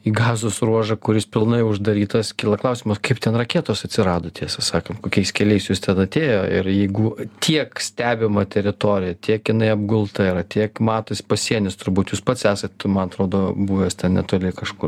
į gazos ruožą kuris pilnai uždarytas kyla klausimas kaip ten raketos atsirado tiesą sakant kokiais keliais jos ten atėjo ir jeigu tiek stebima teritorija tiek jinai apgulta yra tiek matos pasienis turbūt jūs pats esat man atrodo buvęs ten netoli kažkur